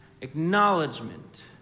acknowledgement